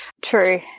True